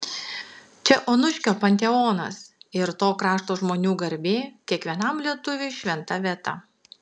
čia onuškio panteonas ir to krašto žmonių garbė kiekvienam lietuviui šventa vieta